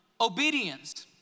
Obedience